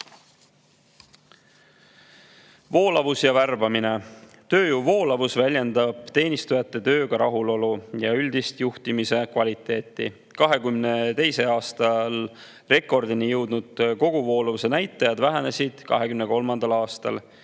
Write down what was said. Voolavus ja värbamine. Tööjõu voolavus väljendab teenistujate rahulolu tööga ja üldist juhtimise kvaliteeti. 2022. aasta rekordilised koguvoolavuse näitajad 2023. aastal